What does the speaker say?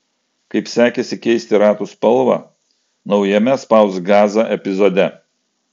kaip sekėsi keisti ratų spalvą naujame spausk gazą epizode